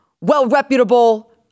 well-reputable